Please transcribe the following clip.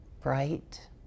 bright